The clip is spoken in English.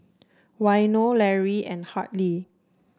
Waino Lary and Hartley